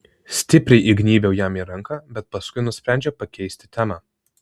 stipriai įgnybiau jam į ranką bet paskui nusprendžiau pakeisti temą